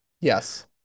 yes